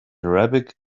arabic